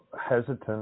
hesitant